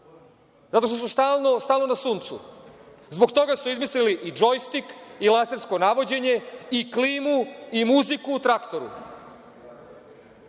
Zato što su stalno na suncu. Zbog toga su izmislili i džojstik i lasersko navođenje i klimu i muziku u traktoru